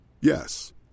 Yes